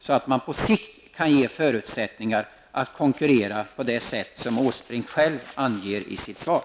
Då kan det på sikt skapas förutsättningar att konkurrera på det sätt som Erik Åsbrink själv anger i sitt svar.